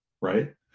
right